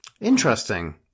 Interesting